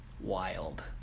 wild